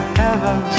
heaven